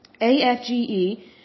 AFGE